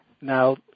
Now